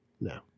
No